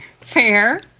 Fair